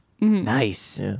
Nice